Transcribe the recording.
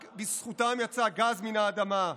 רק בזכותם יצא גז מן האדמה.